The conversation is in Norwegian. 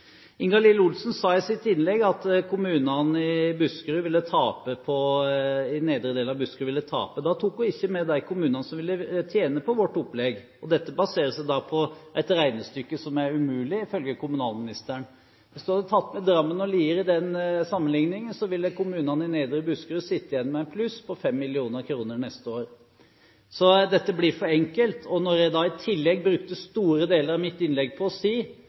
Ingalill Olsen sa i sitt innlegg at kommunene i nedre del av Buskerud ville tape. Da tok hun ikke med de kommunene som ville tjene på vårt opplegg. Dette baserer seg på et regnestykke som ifølge kommunalministeren er umulig. Hvis man hadde tatt med Drammen og Lier i den sammenligningen, ville kommunene i nedre Buskerud sitte igjen med et pluss på 5 mill. kr neste år. Dette blir for enkelt. Når jeg da i tillegg brukte store deler av mitt innlegg på å si